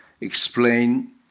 explain